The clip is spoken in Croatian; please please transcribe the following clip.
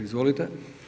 Izvolite.